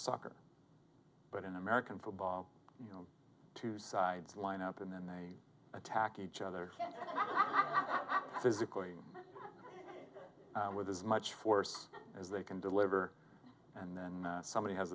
soccer but in american football two sides line up and then they attack each other physically with as much force as they can deliver and then somebody has